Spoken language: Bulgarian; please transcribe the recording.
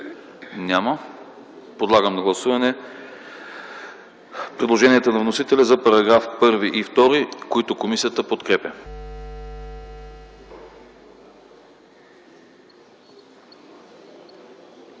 Няма. Подлагам на гласуване предложението на вносителя за параграфи 1 и 2, които комисията подкрепя.